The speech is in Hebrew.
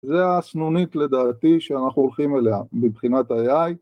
זה הסנונית לדעתי שאנחנו הולכים אליה מבחינת האיי-איי